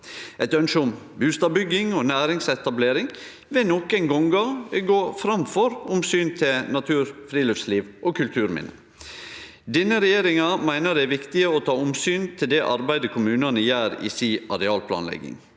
Eit ønske om bustadbygging og næringsetablering vil nokon gonger gå framfor omsyn til natur, friluftsliv og kulturminne. Denne regjeringa meiner det er viktig å ta omsyn til det arbeidet kommunane gjer i arealplanlegginga.